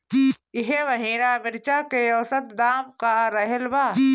एह महीना मिर्चा के औसत दाम का रहल बा?